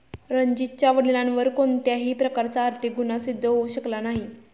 रणजीतच्या वडिलांवर कोणत्याही प्रकारचा आर्थिक गुन्हा सिद्ध होऊ शकला नाही